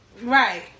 Right